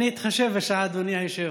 אני אתחשב בשעה, אדוני היושב-ראש.